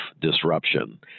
disruption